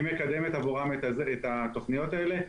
היא מקדמת עבורם את התוכניות האלה.